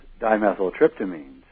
dimethyltryptamines